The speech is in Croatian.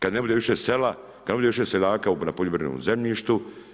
Kada ne bude više sela, kada ne bude više seljaka na poljoprivrednom zemljištu.